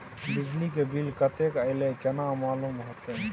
बिजली के बिल कतेक अयले केना मालूम होते?